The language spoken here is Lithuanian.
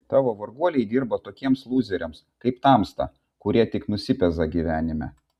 tavo varguoliai dirba tokiems lūzeriams kaip tamsta kurie tiek nusipeza gyvenime